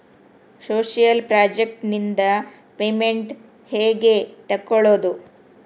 Social project ನಿಂದ payment ಹೆಂಗೆ ತಕ್ಕೊಳ್ಳದು?